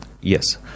Yes